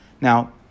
now